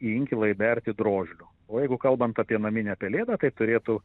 į inkilą įberti drožlių o jeigu kalbant apie naminę pelėdą tai turėtų